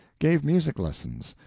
gave music lessons,